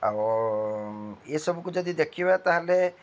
ଆଉ ଏ ସବୁକୁ ଯଦି ଦେଖିବା ତାହେଲେ